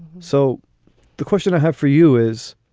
so the question i have for you is,